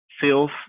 sales